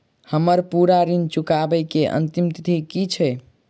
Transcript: हम्मर पूरा ऋण चुकाबै केँ अंतिम तिथि की छै?